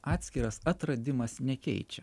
atskiras atradimas nekeičia